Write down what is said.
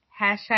Hashtag